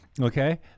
Okay